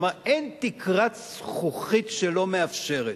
כלומר, אין תקרת זכוכית שלא מאפשרת,